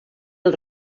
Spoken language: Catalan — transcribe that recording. els